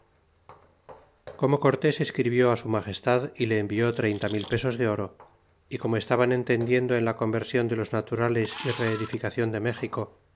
como cortés escribió su magestad y le envió treinta mil pesos de oro y como estaban entendiendo en la conversion de los naturales é reedificacion de méxico